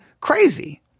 crazy